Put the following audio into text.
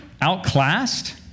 outclassed